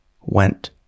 went